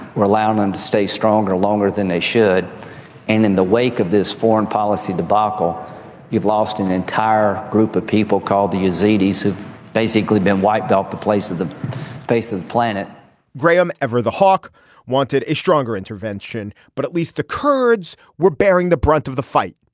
we're allowing them to stay strong or longer than they should. and in the wake of this foreign policy debacle you've lost an entire group of people called the israelis have basically been wiped off the place of the face of the planet graham ever the hawk wanted a stronger intervention but at least the kurds were bearing the brunt of the fight.